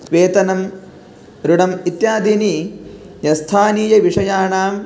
वेतनम् ऋणम् इत्यादीनि यस्थानीयविषयाणां